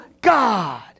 God